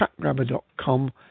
chatgrabber.com